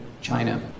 China